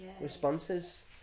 responses